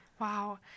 Wow